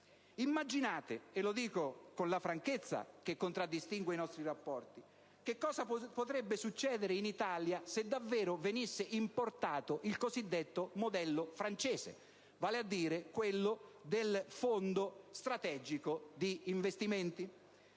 Immaginate - e lo dico con la franchezza che contraddistingue i nostri rapporti - che cosa potrebbe succedere in Italia se davvero venisse importato il cosiddetto modello francese, vale a dire quello del Fondo strategico di investimento.